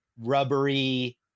rubbery